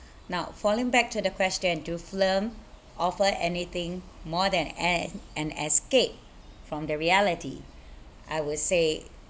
now falling back to the question do film offer anything more than an an escape from the reality I would say